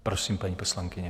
Prosím, paní poslankyně.